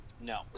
No